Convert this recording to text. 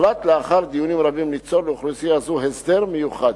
הוחלט לאחר דיונים רבים ליצור לאוכלוסייה זו הסדר מיוחד,